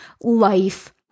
life